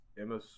emma